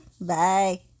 Bye